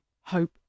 hope